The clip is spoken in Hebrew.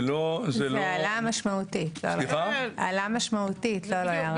זה עלה משמעותית, לא ירד.